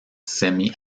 semi